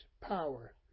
power